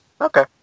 Okay